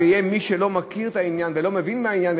ויהיה מי שלא מכיר את העניין ולא מבין בעניין,